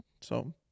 So-